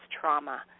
trauma